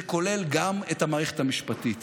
זה כולל גם את המערכת המשפטית.